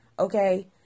Okay